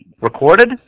recorded